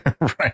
Right